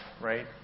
right